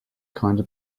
kinda